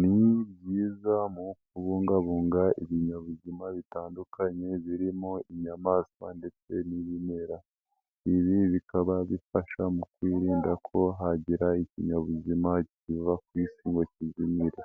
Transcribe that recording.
Ni byiza mu kubungabunga ibinyabuzima bitandukanye birimo inyamaswa ndetse n'ibimera. Ibi bikaba bifasha mu kwirinda ko hagira ikinyabuzima kiva ku isi ngo kizimire